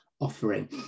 offering